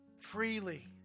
freely